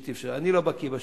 אני לא בקי בשביתה.